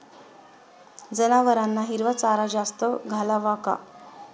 जनावरांना हिरवा चारा जास्त घालावा का?